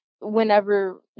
whenever